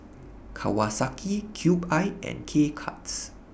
Kawasaki Cube I and K Cuts